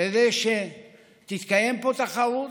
כדי שתתקיים פה תחרות,